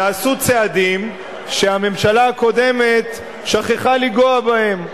נעשו צעדים בתחומים שהממשלה הקודמת שכחה לנגוע בהם.